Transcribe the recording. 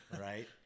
Right